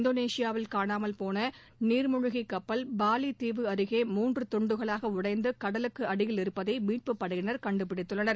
இந்தோனேஷியாவில் காணாமல்போன நீாமூழ்கி கப்பல் பாலி தீவு அருகே மூன்று துண்டுகளாக உடைந்து கடலுக்கு அடியில் இருப்பதை மீட்பு படையினர் கண்டுபிடித்துள்ளனர்